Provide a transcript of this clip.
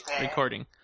recording